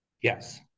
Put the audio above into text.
Yes